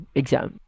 exam